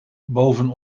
boven